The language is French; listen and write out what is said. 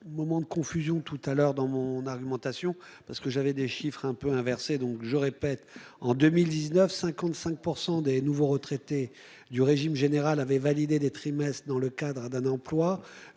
Moments de confusion tout à l'heure dans mon argumentation parce que j'avais des chiffres un peu inverser donc je répète en 2019 55 % des nouveaux retraités du régime général avait validé des trimestres dans le cadre d'un emploi